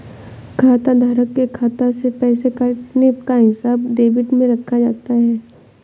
खाताधारक के खाता से पैसे कटने का हिसाब डेबिट में रखा जाता है